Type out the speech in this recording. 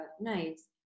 nice